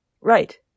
Right